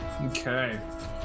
Okay